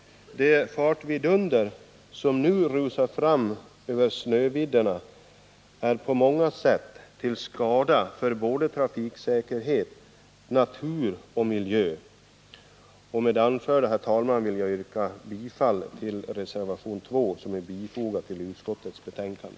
De fartvidunder som nu rusar fram över snövidderna är på många sätt till skada, inte bara i trafiksäkerhetssammanhang utan också för natur och miljö. Med det anförda, herr talman, yrkar jag bifall till reservation 2 vid utskottets betänkande.